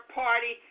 party